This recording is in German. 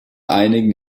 einigen